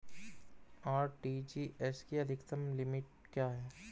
RTGS की अधिकतम limit क्या है?